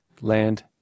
land